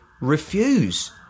refuse